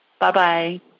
Bye-bye